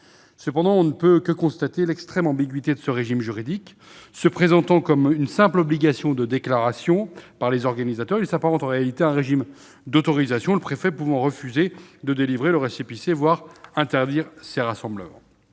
Cependant, on ne peut que constater l'extrême ambiguïté de ce régime juridique. Présenté comme une simple obligation de déclaration par les organisateurs, il s'apparente en réalité à un régime d'autorisation, le préfet pouvant refuser de délivrer le récépissé, voire interdire le rassemblement.